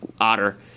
otter